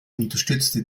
unterstützte